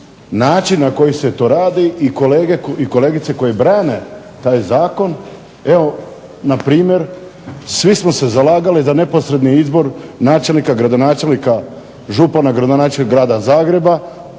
način na koji se to redi i kolegice koje brane taj zakon. Evo npr. Svi smo se zalagali da neposredni izbor načelnika, gradonačelnika, župana, gradonačelnika Grada Zagreba